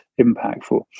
impactful